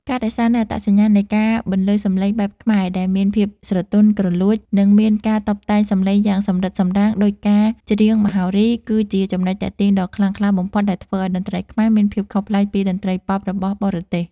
ការរក្សានូវអត្តសញ្ញាណនៃការបន្លឺសម្លេងបែបខ្មែរដែលមានភាពស្រទន់ ក្រលួច និងមានការតុបតែងសម្លេងយ៉ាងសម្រិតសម្រាំងដូចការច្រៀងមហោរី គឺជាចំណុចទាក់ទាញដ៏ខ្លាំងក្លាបំផុតដែលធ្វើឱ្យតន្ត្រីខ្មែរមានភាពខុសប្លែកពីតន្ត្រីប៉ុបរបស់បរទេស។